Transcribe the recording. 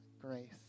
grace